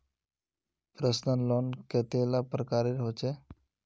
Personal loan कतेला प्रकारेर होचे?